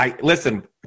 Listen